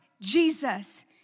Jesus